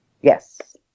Yes